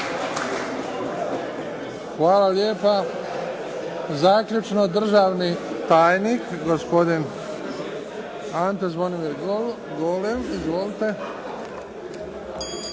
Hvala lijepa. Zaključno državni tajnik gospodin Ante Zvonimir Golem. Izvolite.